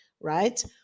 Right